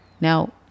Now